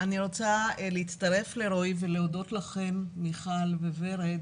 אני רוצה להצטרף לרועי ולהודות לכם ורד